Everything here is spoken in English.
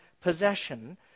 possession